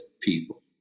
people